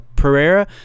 Pereira